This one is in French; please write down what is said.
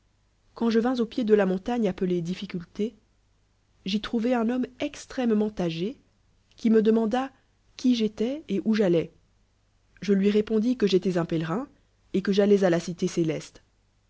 quand je vins au pied de la pnontagae appelée b crullé j'y trnarai un homme extrêmement âgé qui nde demanda qui j'étais et où j'al ois je lui répondis que j'étais un pélerio et que j'auois à la cité céleste